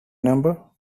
number